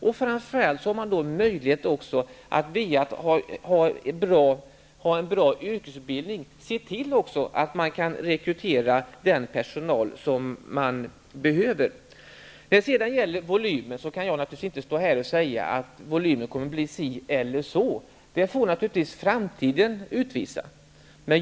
Då får man också möjlighet att ha en bra yrkesutbildning och man kan rekrytera den personal som man behöver. På frågan om volymen kan jag naturligtvis inte stå här och svara att volymen kommer att bli si eller så stor. Det får naturligtvis framtiden utvisa.